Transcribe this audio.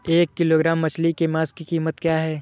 एक किलोग्राम मछली के मांस की कीमत क्या है?